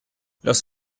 los